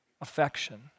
Affection